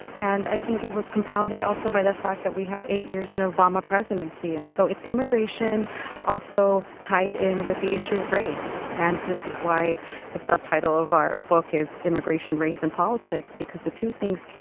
and i think it was compounded also by the fact that we had eight years in obama presidency. and so it's immigration also tied in with the issue of race. and this is why the subtitle of our book is immigration, race and politics because the two things,